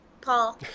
Paul